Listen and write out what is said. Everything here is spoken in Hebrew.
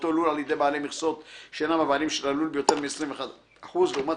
באותו לול על ידי בעלי מכסות שאינם הבעלים של הלול ביותר מ-21% לעומת